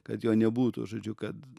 kad jo nebūtų žodžiu kad